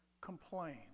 complain